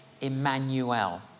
Emmanuel